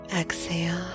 Exhale